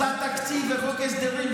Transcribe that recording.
שעושה תקציב וחוק הסדרים,